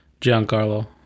Giancarlo